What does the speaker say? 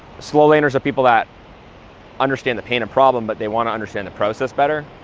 slow laners are people that understand the pain and problem, but they want to understand the process better,